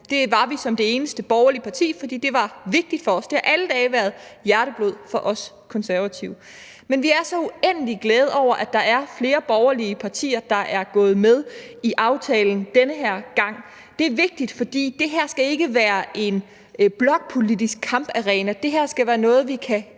det var vi som det eneste borgerlige parti, fordi det var vigtigt for os. Det har alle dage været hjerteblod for os Konservative. Men vi er så uendelig glade over, at der er flere borgerlige partier, der er gået med i aftalen den her gang. Det er vigtigt, for det her skal ikke være en blokpolitisk kamparena; det her skal være noget, vi kan